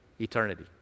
eternity